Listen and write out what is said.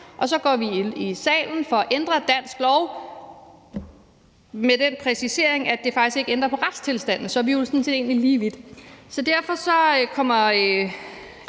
og så går i salen for at ændre dansk lov med den præcisering, at det faktisk ikke ændrer på retstilstanden, egentlig så er lige vidt. Derfor er